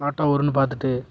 auto வருன்னு பார்த்துட்டு